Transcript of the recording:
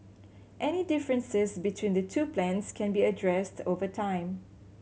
any differences between the two plans can be addressed over time